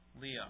Leah